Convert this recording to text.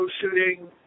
shooting